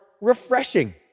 refreshing